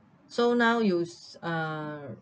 so now you s~ uh